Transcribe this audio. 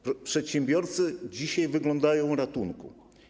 Przedsiębiorcy dzisiaj wyglądają ratunku.